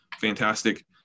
fantastic